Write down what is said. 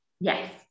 yes